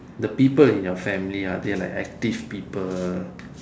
the people in your family are they like active people